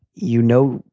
you know,